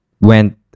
went